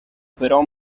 però